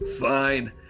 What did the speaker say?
fine